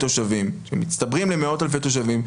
שמצטברים למאות אלפי תושבים,